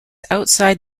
outside